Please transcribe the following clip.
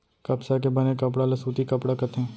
कपसा के बने कपड़ा ल सूती कपड़ा कथें